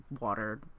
water